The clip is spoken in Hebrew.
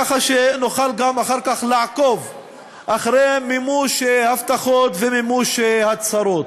כדי שנוכל אחר כך לעקוב אחרי מימוש הבטחות ומימוש הצהרות.